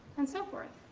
and so forth.